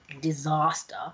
disaster